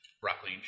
broccoli